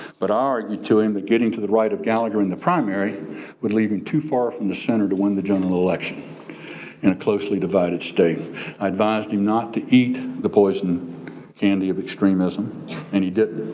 but i argue to him that getting to the right of gallagher in the primary would leave him too far from the center to win the general election in a closely divided state. i advised him not to eat the poison candy of extremism and he didn't.